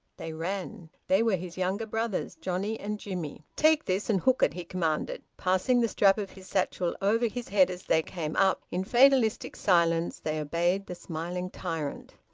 they ran. they were his younger brothers, johnnie and jimmie. take this and hook it! he commanded, passing the strap of his satchel over his head as they came up. in fatalistic silence they obeyed the smiling tyrant.